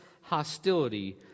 hostility